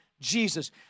Jesus